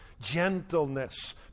gentleness